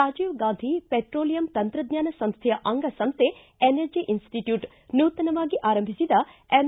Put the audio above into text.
Rajiv Gandhi petroleum ತಂತ್ರಜ್ಞಾನ ಸಂಸ್ಥೆಯ ಅಂಗಸಂಸ್ಥೆ ಎನರ್ಜಿ ಇನ್ಸಿಟ್ಟೂಟ್ ನೂತನವಾಗಿ ಆರಂಭಿಸಿದ ಎಂ